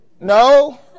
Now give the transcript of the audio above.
No